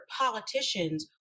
politicians